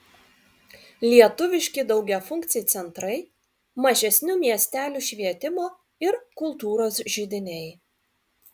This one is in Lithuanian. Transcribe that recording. lietuviški daugiafunkciai centrai mažesnių miestelių švietimo ir kultūros židiniai